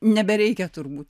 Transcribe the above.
nebereikia turbūt